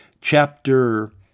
chapter